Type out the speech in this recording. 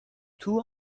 two